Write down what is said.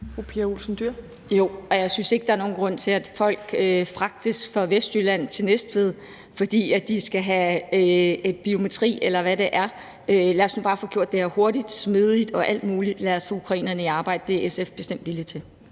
jeg synes ikke, der er nogen grund til, at folk fragtes fra Vestjylland til Næstved, fordi de skal have lavet biometri, eller hvad det nu er. Lad os nu bare få gjort det her hurtigt og smidigt. Lad os få ukrainerne i arbejde. Det er SF bestemt villige til.